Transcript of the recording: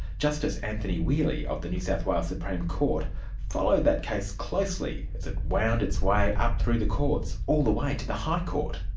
justice anthony whealy of the new south wales supreme court followed that case closely, as it wound its way up through the courts, all the way to the high court.